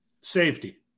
Safety